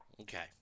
Okay